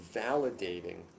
validating